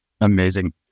Amazing